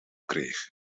kreeg